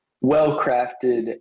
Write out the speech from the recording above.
well-crafted